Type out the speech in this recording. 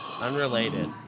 unrelated